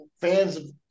fans